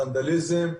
ונדליזם,